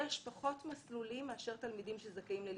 יש פחות מסלולים מאשר תלמידים שזכאים לליווי.